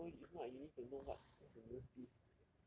go A level it's not like you need to know what what's the newest beef